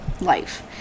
life